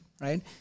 right